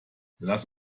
lass